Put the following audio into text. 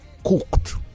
Cooked